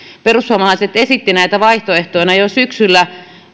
perussuomalaiset esittivät näitä vaihtoehtoina jo syksyllä